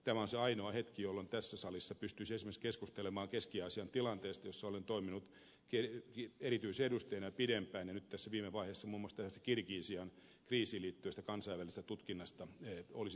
tämä on se ainoa hetki jolloin tässä salissa pystyisi esimerkiksi keskustelemaan keski aasian tilanteesta jossa olen toiminut erityisedustajana pidempään ja nyt tässä viime vaiheessa muun muassa kirgisian kriisiin liittyvästä kansainvälisestä tutkinnasta olisin mielelläni jonkun sanan sanonut